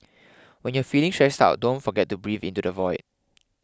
when you are feeling stressed out don't forget to breathe into the void